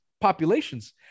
populations